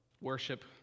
worship